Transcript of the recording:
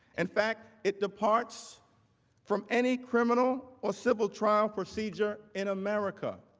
in fact, it departs from any criminal or civil trial procedure, in america.